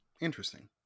Interesting